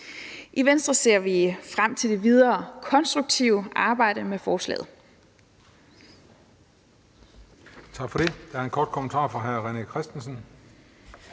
I Venstre ser vi frem til det videre konstruktive arbejde med forslaget.